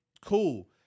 cool